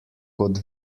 kot